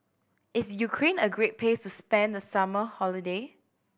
is Ukraine a great place to spend the summer holiday